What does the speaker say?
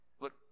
look